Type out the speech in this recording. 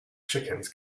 chickens